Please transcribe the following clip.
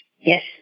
Yes